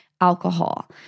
alcohol